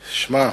שמע,